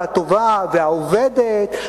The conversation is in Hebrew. הטובה והעובדת".